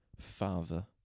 father